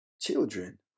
children